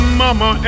mama